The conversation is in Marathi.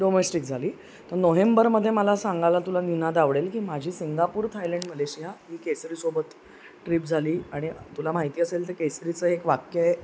डोमेस्टिक झाली तर नोहेंबरमधे मला सांगायला तुला निनात आवडेल की माझी सिंगापूर थायलंड मलेशिया ही केसरीसोबत ट्रिप झाली आणि तुला माहिती असेल तर केसरीचं एक वाक्य